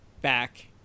back